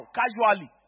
casually